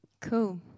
Cool